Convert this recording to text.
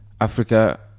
Africa